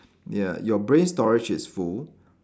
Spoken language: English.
ya your brain storage is full